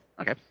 Okay